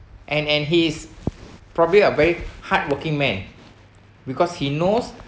and and he is probably a very hardworking man because he knows